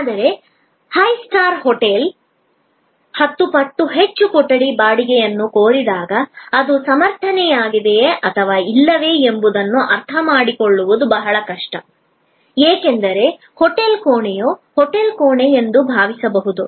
ಆದರೆ high star hotel ಹತ್ತು ಪಟ್ಟು ಹೆಚ್ಚು ಕೊಠಡಿ ಬಾಡಿಗೆಯನ್ನು ಕೋರಿದಾಗ ಅದು ಸಮರ್ಥನೆಯಾಗಿದೆಯೆ ಅಥವಾ ಇಲ್ಲವೇ ಎಂಬುದನ್ನು ಅರ್ಥಮಾಡಿಕೊಳ್ಳುವುದು ಬಹಳ ಕಷ್ಟ ಏಕೆಂದರೆ ಹೋಟೆಲ್ ಕೋಣೆಯು ಹೋಟೆಲ್ ಕೋಣೆಯೆಂದು ಭಾವಿಸಬಹುದು